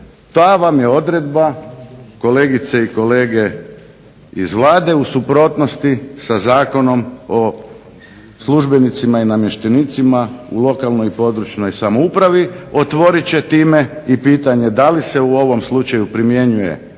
ta vam je odredba kolegice i kolege iz vlade u suprotnosti sa Zakonom o službenicima i namještenicima u lokalnoj i područnoj samoupravi. Otvorit će time i pitanje da li se u ovom slučaju primjenjuje